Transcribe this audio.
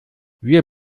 wir